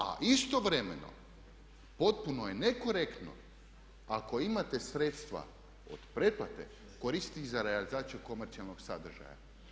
A isto vremenom potpuno je nekorektno ako imate sredstva od pretplate koristiti za realizaciju komercijalnog sadržaja.